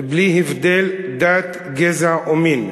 בלי הבדל דת, גזע או מין",